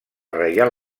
reial